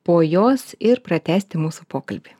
po jos ir pratęsti mūsų pokalbį